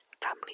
family